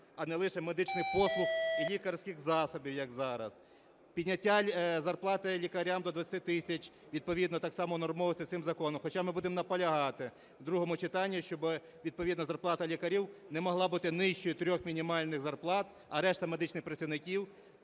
а не лише медичних послуг і лікарських засобів, як зараз. Підняття зарплати лікарям до 20 тисяч відповідно так само унормовується цим законом. Хоча ми будемо наполягати в другому читанні, щоб відповідно зарплата лікарів не могла бути нижчою трьох мінімальних зарплат, а решта медичних працівників